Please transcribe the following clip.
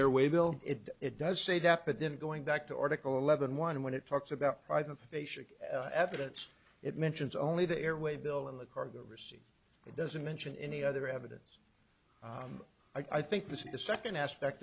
airway bill it does say that but then going back to article eleven one when it talks about private basic evidence it mentions only the airway bill in the cargo received it doesn't mention any other evidence i think this is the second aspect